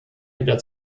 lieder